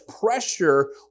pressure